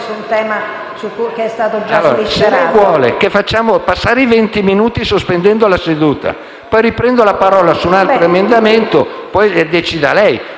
lei vuole, facciamo passare i venti minuti sospendendo la seduta poi riprendo la parola su un altro emendamento; decida lei.